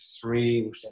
three